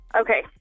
Okay